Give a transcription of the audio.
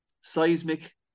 seismic